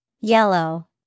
Yellow